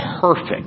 perfect